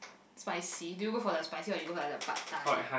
spicy do you go for the spicy or you go for like the Pad-Thai